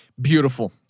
Beautiful